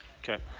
okay.